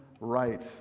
right